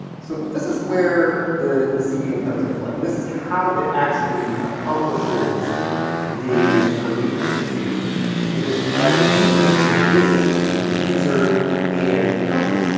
so, this is where the the cdn comes into play and this is how it actually accomplishes the the increase in speed which is by reducing the amount of distance between the user and the content,